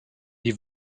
die